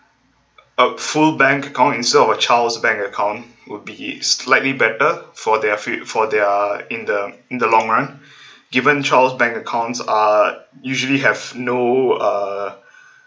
a full bank account instead of a child's bank account would be slightly better for their fu~ for their in the in the long run given child's bank accounts uh usually have no uh